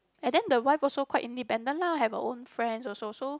and then the wife also quite independent lah have her own friends also so